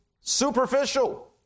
superficial